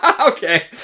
Okay